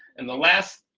and the last.